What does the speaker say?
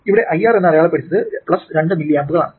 ഇവിടെ IR എന്ന് അടയാളപ്പെടുത്തിയത് 2 മില്ലിയാംപുകളാണ്